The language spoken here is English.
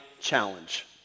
challenge